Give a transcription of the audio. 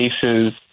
cases